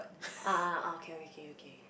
ah ah okay okay okay